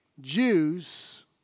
Jews